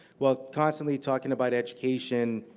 well, constantly talking about education